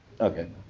Okay